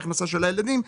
בהכנסה של הילדים,